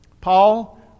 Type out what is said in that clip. Paul